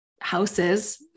houses